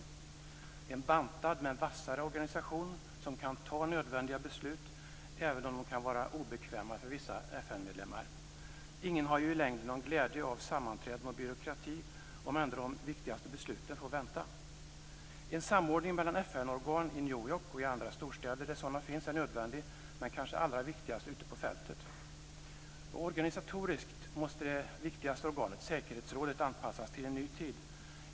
Den kan leda till en bantad men vassare organisation som kan fatta nödvändiga beslut även om de kan vara obekväma för vissa FN medlemmar. Ingen har ju i längden någon glädje av sammanträden och byråkrati om de viktigaste besluten ändå får vänta. En samordning mellan FN-organ i New York och i andra storstäder där sådana finns är nödvändig men kanske allra viktigast ute på fältet. Organisatoriskt måste det viktigaste organet, säkerhetsrådet, anpassas till en ny tid.